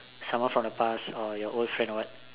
someone from the past or your old friend or what